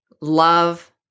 love